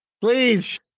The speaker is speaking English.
Please